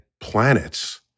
planets